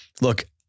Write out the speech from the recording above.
Look